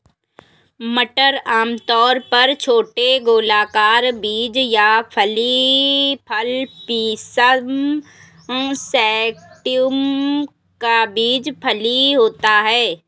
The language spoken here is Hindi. मटर आमतौर पर छोटे गोलाकार बीज या फली फल पिसम सैटिवम का बीज फली होता है